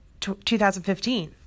2015